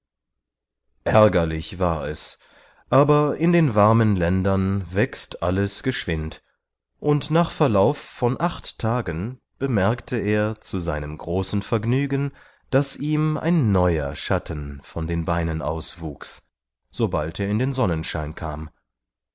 ärgerlich war es aber in den warmen ländern wächst alles geschwind und nach verlauf von acht tagen bemerkte er zu seinem großen vergnügen daß ihm ein neuer schatten von den beinen aus wuchs sobald er in den sonnenschein kam